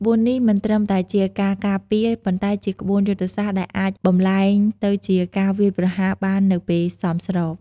ក្បួននេះមិនត្រឹមតែជាការពារ ប៉ុន្តែជាក្បួនយុទ្ធសាស្ត្រដែលអាចបម្លែងទៅជាការវាយប្រហារបាននៅពេលសមស្រប។